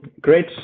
Great